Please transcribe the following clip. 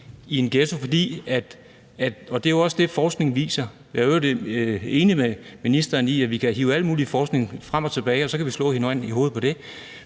i en ghetto. Og det er også det, forskningen viser. Jeg er i øvrigt enig med ministeren i, at vi kan hive al mulig forskning frem og tilbage, og så kan vi slå hinanden i hovedet med det.